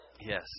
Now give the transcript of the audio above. Yes